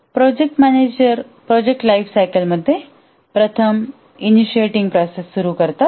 project manager project लाइफसायकलमध्ये प्रथम initiating प्रोसेससुरू करतात